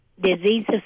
diseases